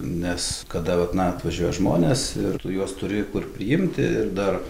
nes kada vat na atvažiuoja žmonės ir tu juos turi kur priimti ir dar